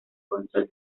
control